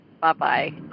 Bye-bye